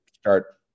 start